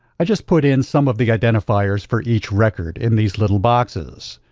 i just put in some of the identifiers for each record, in these little boxes.